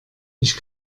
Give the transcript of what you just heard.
ich